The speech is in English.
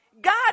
God